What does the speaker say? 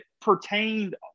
pertained